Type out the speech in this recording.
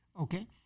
Okay